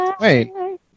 Wait